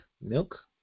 milk